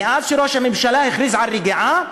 מאז הכריז ראש הממשלה על רגיעה,